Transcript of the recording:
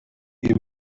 even